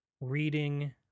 reading